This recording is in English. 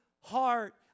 heart